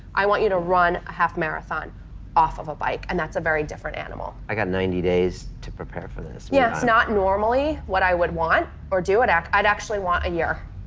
i want you to run a half marathon off of a bike and that's a very different animal. i got ninety days to prepare for this yeah, it's not normally what i would want or do and i'd actually want a year.